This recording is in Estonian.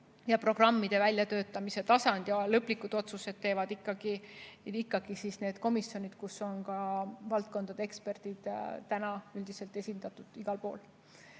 ja programmide väljatöötamise tasandil ning lõplikud otsused teevad ikkagi need komisjonid, kus on ka valdkondade eksperdid üldiselt esindatud, igal pool.